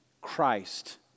Christ